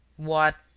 what!